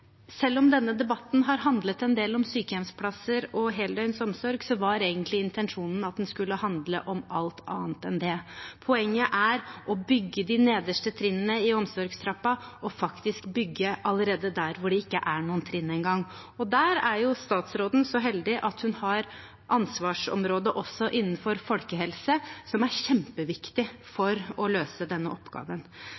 Selv om denne debatten har handlet en del om sykehjemsplasser og heldøgnsomsorg, var egentlig intensjonen at den skulle handle om alt annet enn det. Poenget er å bygge de nederste trinnene i omsorgstrappen, å bygge der det ikke engang er noen trinn. Og da er statsråden så heldig at hun har ansvarsområde også innenfor folkehelse, noe som er kjempeviktig